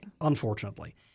Unfortunately